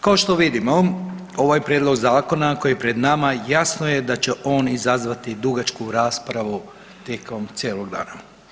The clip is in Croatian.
Kao što vidimo ovaj prijedlog zakona koji je pred nama jasno je da će on izazvati dugačku raspravu tijekom cijelog dana.